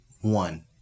One